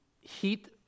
heat